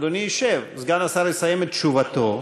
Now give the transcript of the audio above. אדוני ישב וסגן השר יסיים את תשובתו.